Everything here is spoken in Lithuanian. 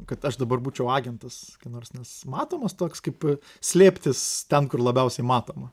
kad aš dabar būčiau agentas nors nes matomas toks kaip slėptis ten kur labiausiai matoma